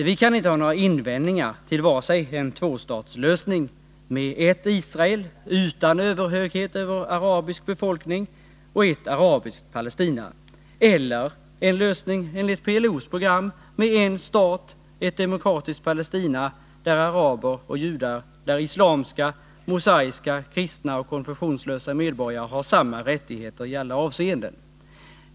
Vi kan inte ha några invändningar mot vare sig en tvåstatslösning med ett Israel utan överhöghet över arabisk befolkning och ett arabiskt Palestina eller en lösning enligt PLO:s program med en stat, ett demokratiskt Palestina, där araber och judar, där islamska, mosaiska, kristna och konfessionslösa medborgare har samma rättigheter i alla avseenden.